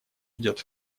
ждет